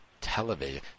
television